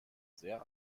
sehr